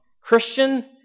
Christian